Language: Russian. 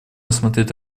рассмотреть